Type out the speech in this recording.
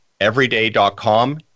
everyday.com